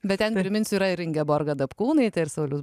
bet ten priminsiu yra ir ingeborga dapkūnaitė ir saulius